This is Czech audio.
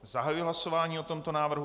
Zahajuji hlasování o tomto návrhu.